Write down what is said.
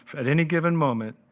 at any given moment,